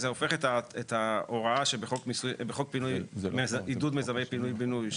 זה הופך את ההוראה שבחוק עידוד מיזמי פינוי בינוי,